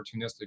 opportunistic